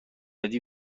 بدی